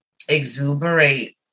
exuberate